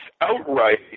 outright